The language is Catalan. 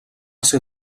ser